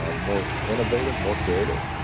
ah more innovative, more creative